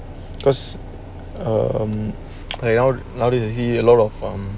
cause um and now you see a lot of um